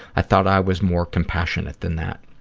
i thought i was more compassionate than that.